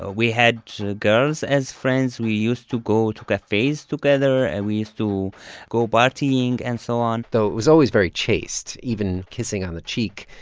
ah we had girls as friends. we used to go to cafes together and we used to go partying and so on though it was always very chaste. even kissing on the cheek,